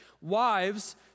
Wives